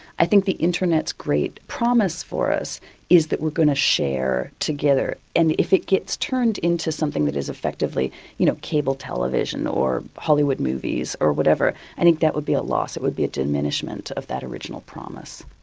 i think the internet's great promise for us is that we're going to share together. and if it gets turned into something that is effectively you know cable television or hollywood movies or whatever, i think that would be a loss. it would be a diminishment of that original promise.